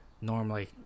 normally